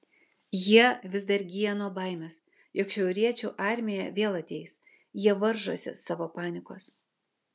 jie vis dar gyja nuo baimės jog šiauriečių armija vėl ateis jie varžosi savo panikos